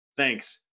Thanks